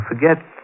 forget